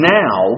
now